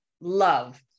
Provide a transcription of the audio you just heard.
love